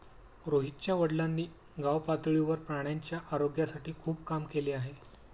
रोहितच्या वडिलांनी गावपातळीवर प्राण्यांच्या आरोग्यासाठी खूप काम केले आहे